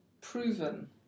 proven